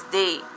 day